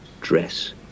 dress